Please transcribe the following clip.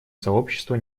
сообщество